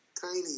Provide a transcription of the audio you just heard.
tiny